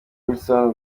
wilson